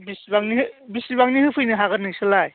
बेसेबांनि बेसेबांनि होफैनो हागोन नोंसोरलाय